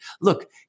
look